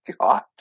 god